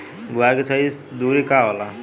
बुआई के सही दूरी का होला?